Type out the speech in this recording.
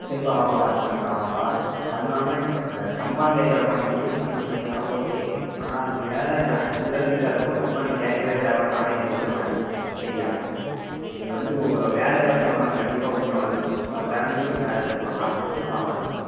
சரிப்பா வாப்பா பார்த்து பண்ணிக்கலாம் வாப்பா அதுமில்லாமல் நீ சம்பளம் கேட்குறப்பா நீ சம்பளம் கேட்குறதலாம் ஓகே ஆனால் வேலை எந்தளவுக்கு நீட்டாக இருக்கோ சம்பளம் நீ கேட்கவே தேவையில்லை நானே கொடுத்துருவேன் சரியா நீ வந்து உன் வேலையை பார்த்து சம்பளம் கண்டிப்பாக உண்டு உனக்கு உன் திறமைக்கு உனக்கு வேலை இருக்குதுப்பா காசு இருக்குது வா பார்த்துக்கலாம்